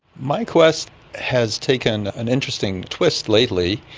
my quest has taken an interesting twist lately.